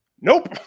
Nope